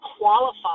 qualify